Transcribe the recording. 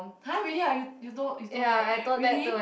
!huh! really ah you you know you know that really